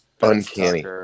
uncanny